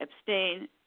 Abstain